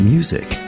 Music